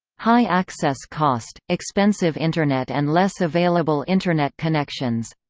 high access cost expensive internet and less available internet connections